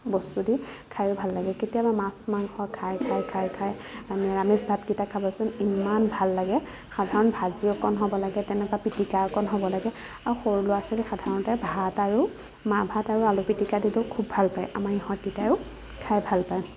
বস্তুদি খায়ো ভাল লাগে কেতিয়াবা মাছ মাংস খাই খাই খাই খাই নিৰামিষ ভাতকেইটা খাবচোন ইমান ভাল লাগে সাধাৰণ ভাজি অকণ হ'ব লাগে তেনেকুৱা পিটিকা অকণ হ'ব লাগে আৰু সৰু ল'ৰা ছোৱালীক সাধাৰণতে ভাত আৰু মাৰ ভাত আৰু আলু পিটিকা দিলে খুব ভাল পায় আমাৰ ইহঁত কেইটায়ো খাই ভাল পায়